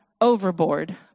overboard